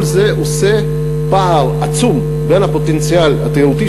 כל זה עושה פער עצום בין הפוטנציאל התיירותי